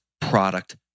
product